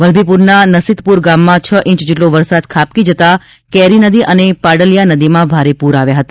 વલ્લભીપુરના નસીતપુર ગામમાં છ ઈંચ જેટલો વરસાદ ખાબકી જતાં કેરી નદી અને પાડલીયા નદીમાં ભારે પુર આવ્યા હતા